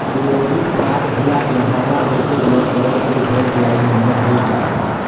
Credit card भुला गे हववं कइसे ब्लाक करव? कोई हेल्पलाइन नंबर हे का?